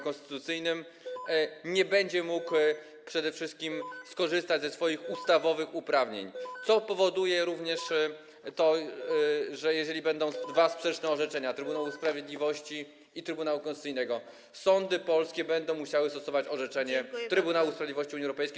Konstytucyjnym, nie będzie mógł przede wszystkim skorzystać ze swoich ustawowych uprawnień, co spowoduje również to, że jeżeli będą dwa sprzeczne orzeczenia Trybunału Sprawiedliwości Unii Europejskiej i Trybunału Konstytucyjnego, sądy polskie będą musiały stosować orzeczenie Trybunału Sprawiedliwości Unii Europejskiej.